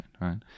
right